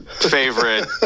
favorite